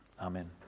Amen